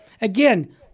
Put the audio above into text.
Again